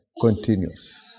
continues